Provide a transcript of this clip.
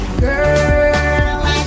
girl